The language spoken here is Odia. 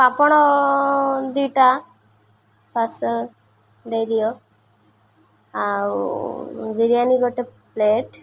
ଆପଣ ଦୁଇଟା ପାର୍ସେଲ୍ ଦେଇ ଦିଅ ଆଉ ବିରିୟାନୀ ଗୋଟେ ପ୍ଲେଟ୍